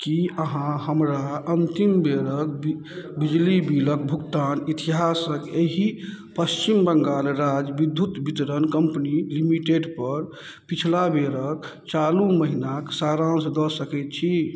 कि अहाँ हमरा अन्तिम बेरके बि बिजली बिलके भुगतान इतिहासके एहि पच्छिम बङ्गाल राज्य विद्युत वितरण कम्पनी लिमिटेडपर पिछला बेरके चालू महिनाके सारान्श दऽ सकै छी